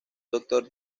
doctor